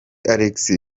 alex